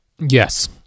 Yes